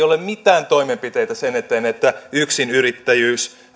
ole mitään toimenpiteitä sen eteen että yksinyrittäjyyttä